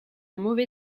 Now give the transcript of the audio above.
mauvais